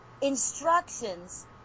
instructions